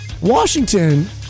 Washington